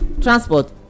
transport